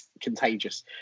contagious